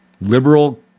liberal